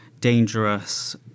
dangerous